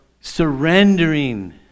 surrendering